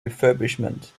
refurbishment